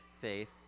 faith